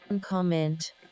comment